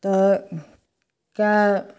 तऽ कै